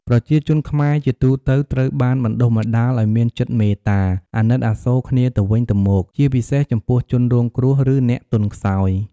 ប្រជាជនខ្មែរជាទូទៅត្រូវបានបណ្ដុះបណ្ដាលឱ្យមានចិត្តមេត្តា អាណិតអាសូរគ្នាទៅវិញទៅមក ជាពិសេសចំពោះជនរងគ្រោះ ឬអ្នកទន់ខ្សោយ។